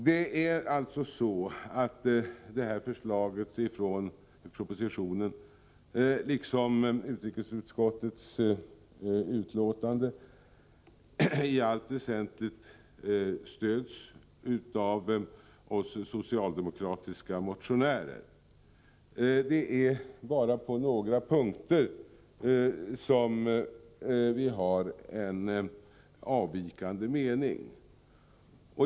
Det är alltså så att förslaget i propositionen, liksom utrikesutskottets betänkande, i allt väsentligt stöds av oss socialdemokratiska motionärer. Det är bara på några punkter vi har avvikande mening.